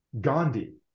Gandhi